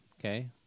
okay